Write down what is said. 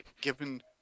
given